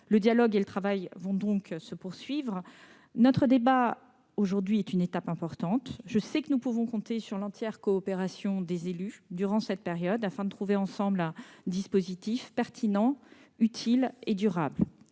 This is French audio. Le dialogue et le travail vont donc se poursuivre. Notre débat aujourd'hui en est une étape importante. Je sais que nous pouvons compter sur l'entière coopération des élus durant cette période, afin de trouver ensemble un dispositif pertinent, utile et durable.